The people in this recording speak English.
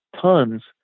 tons